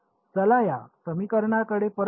चला या समीकरणाकडे परत जाऊ